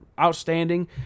outstanding